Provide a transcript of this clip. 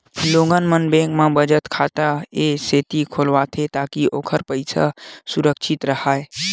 लोगन मन बेंक म बचत खाता ए सेती खोलवाथे ताकि ओखर पइसा सुरक्छित राहय